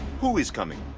who is coming?